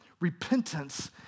Repentance